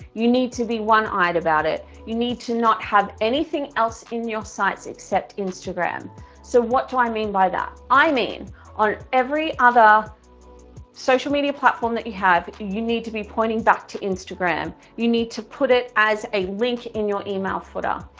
you need to be one-eyed about it, you need to not have anything else in your sights except instagram so what do i mean by that? i mean on every other social media platform that you have, you you need to be pointing back to instagram, you need to put it as a link in your email footer,